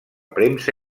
premsa